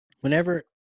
whenever